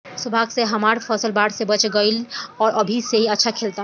सौभाग्य से हमर फसल बाढ़ में बच गइल आउर अभी अच्छा से खिलता